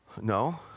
no